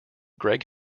gregg